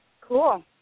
Cool